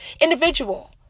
individual